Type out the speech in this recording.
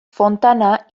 fontana